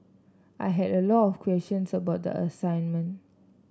I had a lot of questions about the assignment